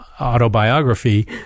autobiography